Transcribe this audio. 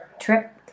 trip